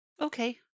Okay